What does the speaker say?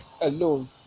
alone